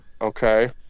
okay